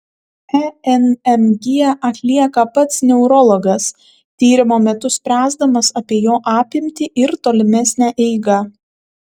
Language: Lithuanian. enmg atlieka pats neurologas tyrimo metu spręsdamas apie jo apimtį ir tolimesnę eigą